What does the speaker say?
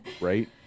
Right